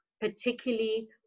particularly